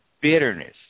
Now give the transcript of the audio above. bitterness